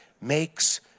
makes